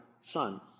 son